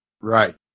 Right